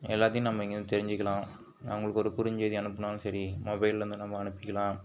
எல்லாத்தையும் நம்ம இங்கேயிருந்து தெரிஞ்சுக்கலாம் அவங்களுக்கு ஒரு குறுஞ்செய்தி அனுப்பினாலும் சரி மொபைல்லேருந்து நம்ம அனுப்பிக்கலாம்